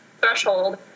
threshold